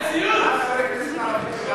מה עם חברי הכנסת הערבים?